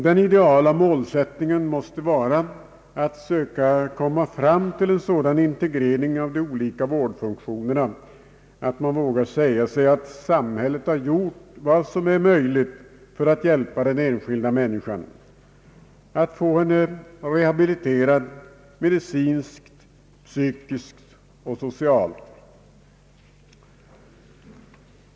Den ideala målsättningen måste vara att söka komma fram til en sådan integrering av de olika vårdfunktionerna att man vågar säga sig att samhället har gjort vad som är möjligt för att hjälpa den enskilda människan, att få henne rehabiliterad, medicinskt, psykiskt och socialt.